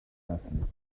lassen